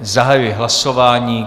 Zahajuji hlasování.